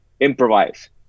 improvise